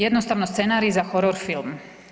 Jednostavno scenarij za horor film.